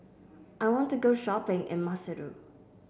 I want to go shopping in Maseru